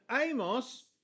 Amos